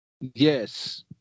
Yes